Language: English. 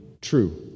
true